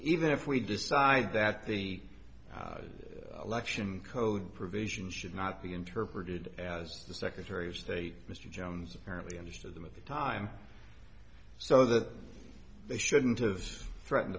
even if we decide that the election code provision should not be interpreted as the secretary of state mr jones apparently understood them at the time so that they shouldn't of threaten